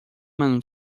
منو